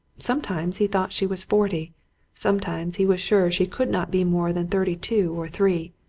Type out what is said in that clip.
sometimes he thought she was forty sometimes he was sure she could not be more than thirty-two or three.